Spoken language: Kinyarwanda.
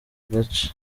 gace